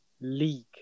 league